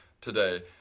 today